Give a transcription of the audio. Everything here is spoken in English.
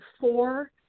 four